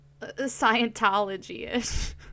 Scientology-ish